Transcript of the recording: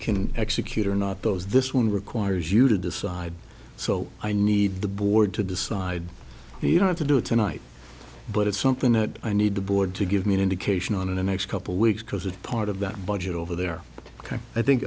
can execute or not those this one requires you to decide so i need the board to decide and you don't have to do it tonight but it's something that i need the board to give me an indication on in the next couple weeks because a part of that budget over there i think